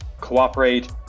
cooperate